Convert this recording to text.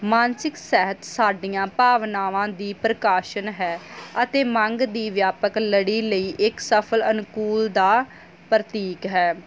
ਮਾਨਸਿਕ ਸਿਹਤ ਸਾਡੀਆਂ ਭਾਵਨਾਵਾਂ ਦੀ ਪ੍ਰਕਾਸ਼ਨ ਹੈ ਅਤੇ ਮੰਗ ਦੀ ਵਿਆਪਕ ਲੜੀ ਲਈ ਇੱਕ ਸਫਲ ਅਨੁਕੂਲ ਦਾ ਪ੍ਰਤੀਕ ਹੈ